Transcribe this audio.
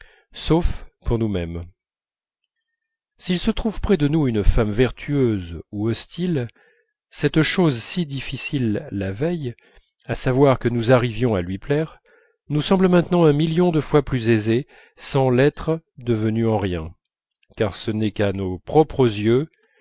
sauf pour nous-même s'il se trouve près de nous une femme vertueuse ou hostile cette chose si difficile la veille à savoir que nous arrivions à lui plaire nous semble maintenant un million de fois plus aisée sans l'être devenue en rien car ce n'est qu'à nos propres yeux